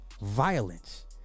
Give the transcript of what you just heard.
violence